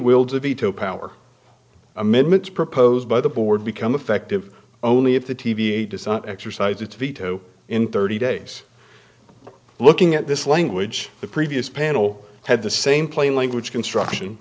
will to veto power amendments proposed by the board become effective only if the t v a design to exercise its veto in thirty days looking at this language the previous panel had the same plain language construction